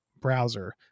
browser